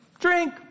drink